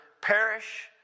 perish